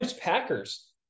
Packers